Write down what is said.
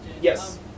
Yes